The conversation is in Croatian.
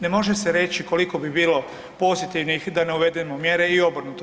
Ne može se reći koliko bi bilo pozitivnih da ne uvedemo mjere i obrnuto.